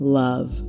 love